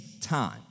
time